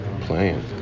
playing